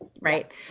Right